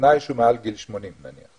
בתנאי שהוא מעל גיל 80 נניח.